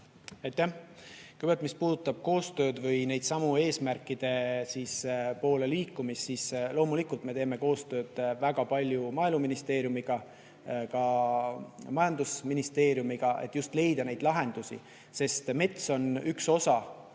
Kõigepealt, mis puudutab koostööd või eesmärkide poole liikumist, siis loomulikult me teeme koostööd väga palju Maaeluministeeriumiga, ka majandusministeeriumiga, et leida lahendusi. Sest mets on üks osa